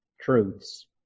truths